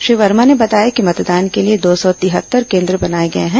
श्री वर्मा ने बताया कि मतदान के लिए दो सौ तिहत्तर केन्द्र बनाए गए हैं